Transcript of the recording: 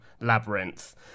labyrinth